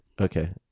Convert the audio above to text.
Okay